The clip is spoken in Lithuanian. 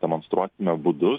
demonstruosime būdus